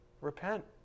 repent